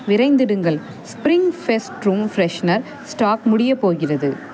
விரைந்திடுங்கள் spring fest room freshener stock முடியப் போகிறது